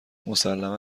مسلما